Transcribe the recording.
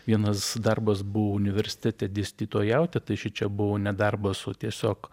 vienas darbas buvo universitete dėstytojauti tai šičia buvo ne darbas o tiesiog